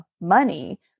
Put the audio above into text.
money